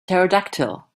pterodactyl